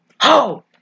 Ho